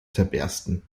zerbersten